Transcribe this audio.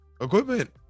equipment